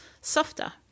softer